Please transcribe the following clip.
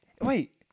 wait